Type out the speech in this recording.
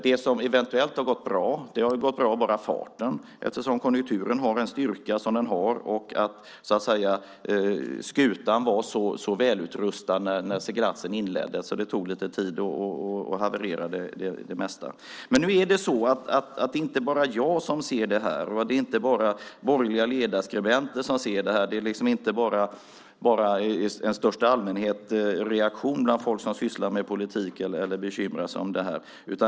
Det som eventuellt har gått bra har gått bra av bara farten eftersom konjunkturen har den styrka som den har och skutan var så välutrustad när seglatsen inleddes att det tog lite tid att haverera det mesta. Men nu är det så att det inte bara är jag som ser det här. Det är inte bara borgerliga ledarskribenter som ser det här. Det är liksom inte bara en reaktion i största allmänhet bland folk som sysslar med politik eller bekymrar sig om det här.